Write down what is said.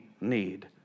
need